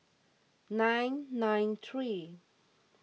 nine nine three